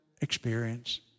experience